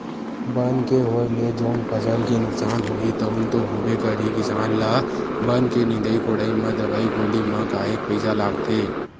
बन के होय ले जउन फसल के नुकसान होही तउन तो होबे करही किसान ल बन के निंदई कोड़ई म दवई गोली म काहेक पइसा लागथे